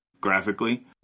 graphically